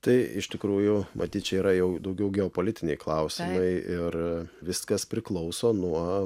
tai iš tikrųjų matyt čia yra jau daugiau geopolitiniai klausimai ir viskas priklauso nuo